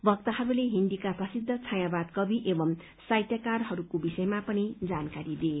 वक्ताहरूले हिन्दीका प्रसिद्व छायावाद कवि एवं साहित्यकारहरूको विषयमा पनि जानकारी दिए